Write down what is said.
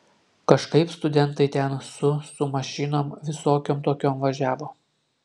kažkaip studentai ten su su mašinom visokiom tokiom važiavo